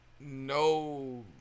no